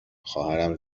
خواهرم